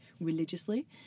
religiously